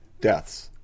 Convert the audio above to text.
deaths